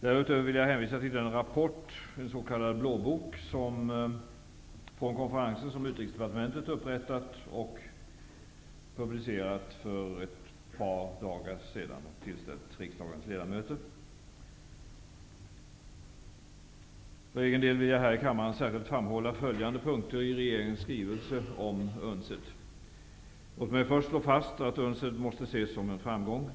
Därutöver vill jag hänvisa till den rapport från konferensen som Utrikesdepartementet upprättat och publicerat för ett par dagar sedan och tillställt riksdagens ledamöter. För egen del vill jag här i kammaren särskilt framhålla följande punkter i regeringens skrivelse om UNCED. Låt mig först slå fast att UNCED måste ses som en framgång.